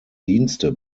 dienste